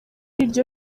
iryo